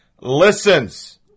listens